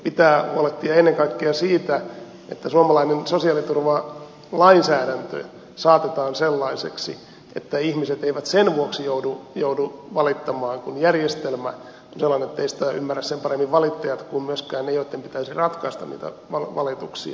pitää huolehtia ennen kaikkea siitä että suomalainen sosiaaliturvalainsäädäntö saatetaan sellaiseksi että ihmiset eivät sen vuoksi joudu valittamaan kun järjestelmä on sellainen etteivät sitä ymmärrä sen paremmin valittajat kuin myöskään ne joitten pitäisi ratkaista niitä valituksia